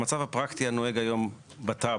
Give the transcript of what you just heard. המצב הפרקטי הנוהג היום בטאבו,